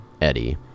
eddie